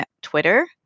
twitter